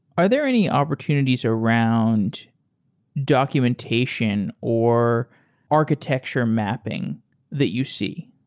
are there any opportunities around documentation or architecture mapping that you see?